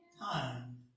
Time